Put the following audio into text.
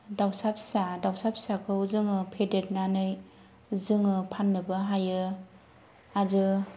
दाउसा फिसा दाउसा फिसाखौ जोङो फेदेरनानै जोङो फाननोबो हायो आरो